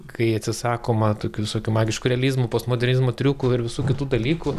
kai atsisakoma tokių visokių magiškų realizmų postmodernizmo triukų ir visų kitų dalykų